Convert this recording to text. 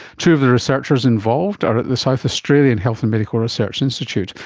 two of the researchers involved are at the south australian health and medical research institute,